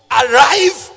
arrive